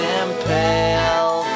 impale